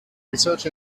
research